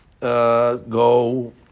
go